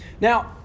now